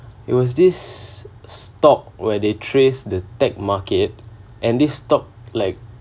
it was this stock where they traced the tech market and this stock like